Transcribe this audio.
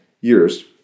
years